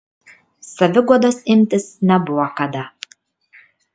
saviguodos imtis nebuvo kada